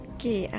Okay